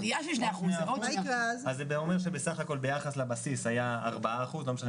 זאת עליה של 2%. זה אומר שבסך הכול ביחס לבסיס היה 4% - לא משנה,